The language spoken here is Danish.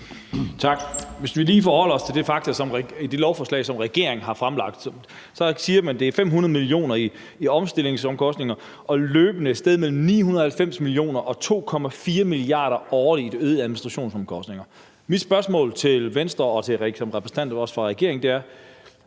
Tak. Hvis vi lige forholder os til det lovforslag, som regeringen har fremsat, siger man, at det er 500 mio. kr. i omstillingsomkostninger og løbende et sted mellem 990 mio. kr. og 2,4 mia. kr. årligt i øgede administrationsomkostninger. Mit spørgsmål til Venstre, også som repræsentant for regeringen, er: